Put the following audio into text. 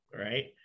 right